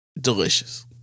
Delicious